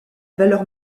valeur